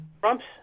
Trump's